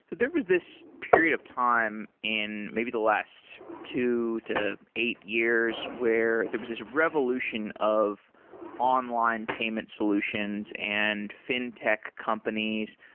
there was this period of time in maybe the last two to eight years where there was this revolution of online payment solutions and fintech companies.